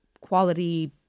quality